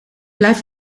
blijft